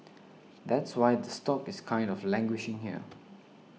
that's why the stock is kind of languishing here